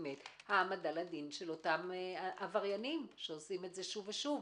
העמדה לדין של אותם עבריינים שעושים את זה שוב ושוב,